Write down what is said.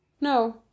No